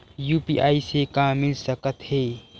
UPI से का मिल सकत हे?